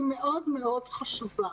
היא מאוד מאוד חשובה.